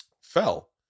fell